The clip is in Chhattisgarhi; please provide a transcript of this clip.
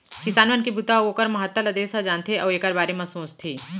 किसान मन के बूता अउ ओकर महत्ता ल देस ह जानथे अउ एकर बारे म सोचथे